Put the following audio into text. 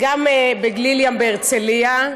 בגליל ים בהרצליה.